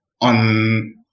on